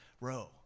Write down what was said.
row